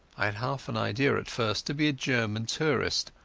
i had half an idea at first to be a german tourist,